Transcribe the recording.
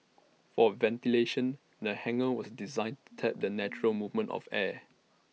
for ventilation the hangar was designed to tap the natural movement of air